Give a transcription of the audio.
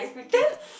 damn